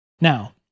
now